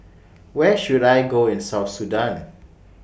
Where should I Go in South Sudan